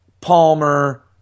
Palmer –